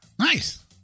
Nice